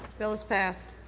bill is passed.